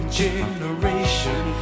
generation